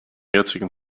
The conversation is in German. jetzigen